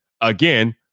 again